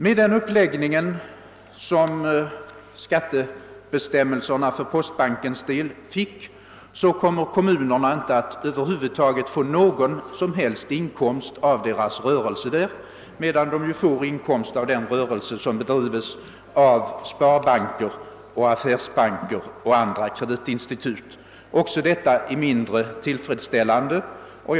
Med den utformning som skattebestämmelserna för postbanken fick kommer kommunerna inte att erhålla någon som helst inkomst av detta företags rörelse medan de däremot får inkomst av den rörelse som bedrivs av sparbanker, affärsbanker och andra kreditinstitut. Också detta är en mindre tillfredsställande ordning.